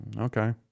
okay